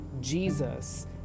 Jesus